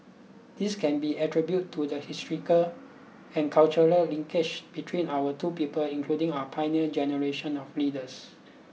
this can be attribute to the historical and cultural linkages between our two people including our pioneer generation of leaders